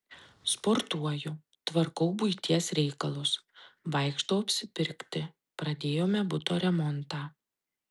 sportuoju tvarkau buities reikalus vaikštau apsipirkti pradėjome buto remontą